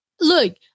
Look